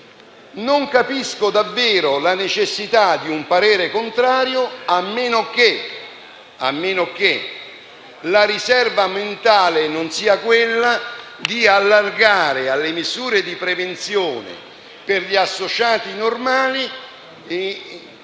non capisco davvero la necessità di un parere contrario, a meno che la riserva mentale non sia quella di allargare alle misure di prevenzione per gli associati a